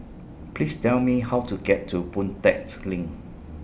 Please Tell Me How to get to Boon Tat LINK